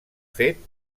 fet